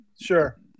Sure